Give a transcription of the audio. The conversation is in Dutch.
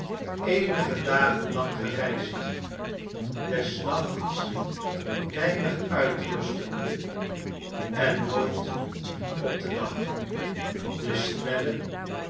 eenige dagen langgereisd desnachts weinig uitrustende en nooit op den dag de snelle